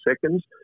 seconds